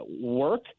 work